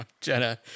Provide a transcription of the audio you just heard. jenna